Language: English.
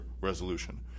resolution